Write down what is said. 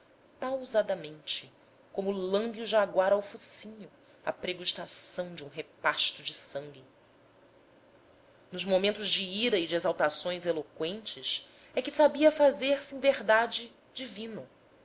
pausadamente como lambe o jaguar ao focinho a pregustação de um repasto de sangue nos momentos de ira e de exaltações eloqüentes é que sabia fazer-se em verdade divino